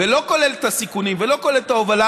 ולא כולל את הסיכונים ולא כולל את ההובלה,